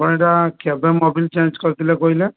ଆପଣ ଏଇଟା କେବେ ମୋବିଲ୍ ଚେଞ୍ଜ କରିଥିଲେ କହିଲେ